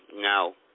No